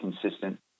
consistent